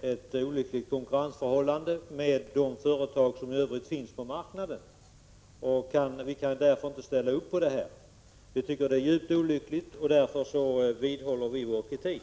ett olyckligt konkurrensförhållande till de företag i övrigt som finns på marknaden. Vi kan därför inte ställa upp på förslaget. Vi tycker att det är djupt olyckligt. Därför vidhåller vi vår kritik.